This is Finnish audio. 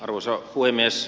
arvoisa puhemies